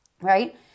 Right